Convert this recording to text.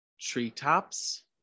treetops